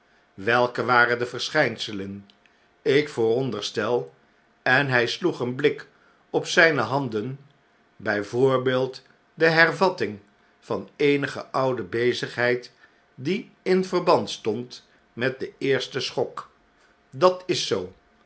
welke waren de verschynselen ik vooronderstel en hij sloeg een blik op zy'ne handen b by voorbeeld de hervatting van eenige oude bezigheid die in verband stond met den eersten schok dat is zoo